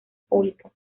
públicas